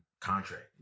contract